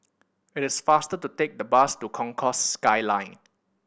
it is faster to take the bus to Concourse Skyline